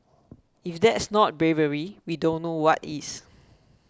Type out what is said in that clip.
if that's not bravery we don't know what is